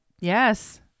Yes